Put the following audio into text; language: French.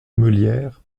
meulière